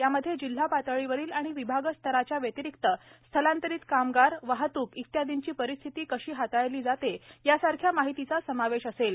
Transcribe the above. यामध्ये जिल्हा पातळीवरील आणि विभाग स्तराच्या व्यतिरिक्त स्थलांतरित कामगार वाहतूक इत्यादींची परिस्थिती कशी हाताळली जाते यासारख्या माहितीचा समावेश असेल